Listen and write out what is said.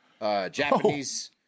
Japanese